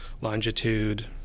longitude